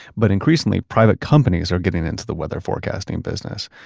but increasingly private companies are getting into the weather forecasting business.